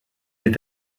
est